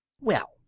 Well